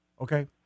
Okay